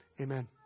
Amen